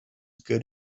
good